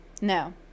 No